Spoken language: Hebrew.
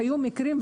היו מקרים כאלה.